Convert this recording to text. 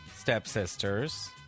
stepsisters